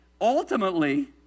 ultimately